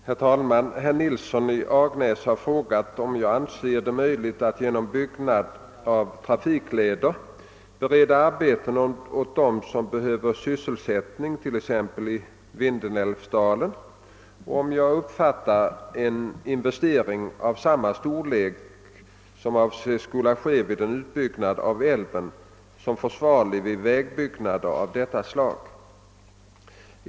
Herr talman! Herr Nilsson i Agnäs har frågat om jag anser det möjligt att genom byggnad av trafikleder bereda arbete åt dem som behöver sysselsättning t.ex. i Vindelälvsdalen och om jag uppfattar en investering av samma storlek som avses skola ske vid en utbyggnad av älven som försvarlig vid vägbyggnader av detta slag.